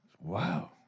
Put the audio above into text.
Wow